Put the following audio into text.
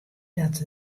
dat